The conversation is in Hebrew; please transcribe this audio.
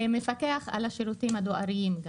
כמפקח על השירותים הדואריים.